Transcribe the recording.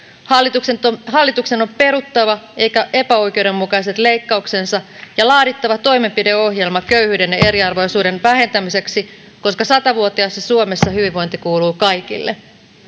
hallituksen on peruttava epäoikeudenmukaiset leikkauksensa ja laadittava toimenpideohjelma köyhyyden ja ja eriarvoisuuden vähentämiseksi koska sata vuotiaassa suomessa hyvinvointi kuuluu kaikille